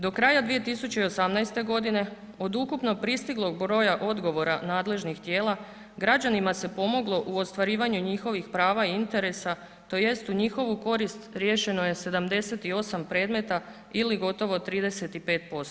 Do kraja 2018. godine od ukupnog pristiglog broja odgovora nadležnih tijela građanima se pomoglo u ostvarivanju njihovih prava i interesa tj. u njihovu korist riješeno je 78 predmeta ili gotovo 35%